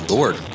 Lord